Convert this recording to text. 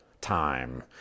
time